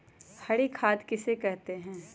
हरी खाद किसे कहते हैं?